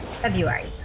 February